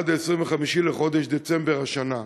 עד ל-25 בחודש דצמבר השנה.